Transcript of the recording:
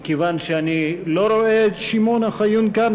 מכיוון שאני לא רואה את שמעון אוחיון כאן,